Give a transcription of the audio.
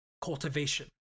Cultivation